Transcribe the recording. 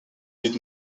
did